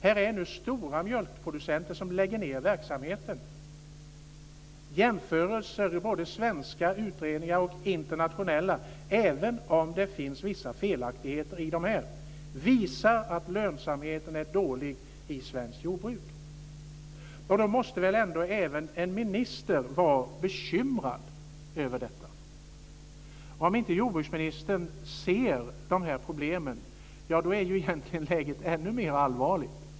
Här är nu stora mjölkproducenter som lägger ned verksamheten. Jämförelser i både svenska utredningar och internationella, även om det finns vissa felaktigheter i dem, visar att lönsamheten är dålig i svenskt jordbruk. Även en minister måste väl ändå vara bekymrad över detta. Om inte jordbruksministern ser de här problemen är läget egentligen ännu mer allvarligt.